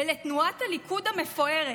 ולתנועת הליכוד המפוארת?